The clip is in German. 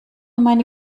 meine